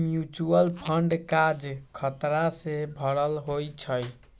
mutual fund काज़ खतरा से भरल होइ छइ